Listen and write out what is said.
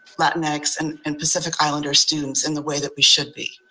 latin x, and and pacific islander students in the way that we should be.